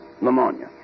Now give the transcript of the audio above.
Pneumonia